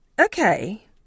Okay